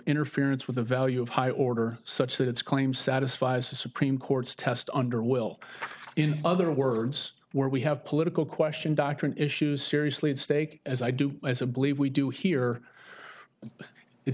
interference with the value of high order such that its claim satisfies the supreme court's test under will in other words where we have political question doctrine issues seriously at stake as i do as a believe we do here it